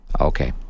Okay